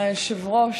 תודה, אדוני היושב-ראש.